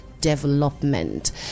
Development